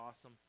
awesome